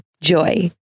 Joy